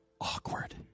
Awkward